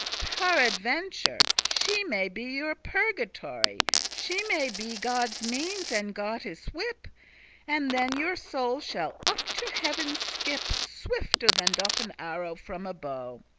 paraventure she may be your purgatory she may be godde's means, and godde's whip and then your soul shall up to heaven skip swifter than doth an arrow from a bow.